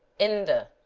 in the